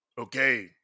Okay